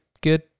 good